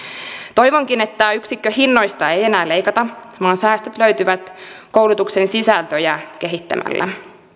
toivonkin että yksikköhinnoista ei ei enää leikata vaan säästöt löytyvät koulutuksen sisältöjä kehittämällä